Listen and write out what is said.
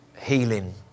healing